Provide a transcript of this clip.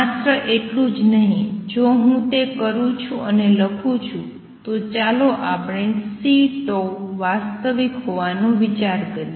માત્ર એટલું જ નહીં જો હું તે કરું છું અને લખું છું તો ચાલો આપણે C વાસ્તવિક હોવાનો વિચાર કરીએ